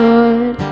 Lord